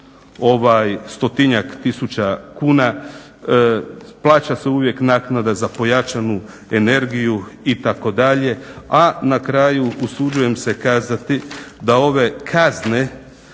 preko stotinjak tisuća kuna. Plaća se uvijek naknada za pojačanu energiju itd. a na kraju usuđujem se kazati da ove kazne